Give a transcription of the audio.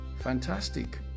fantastic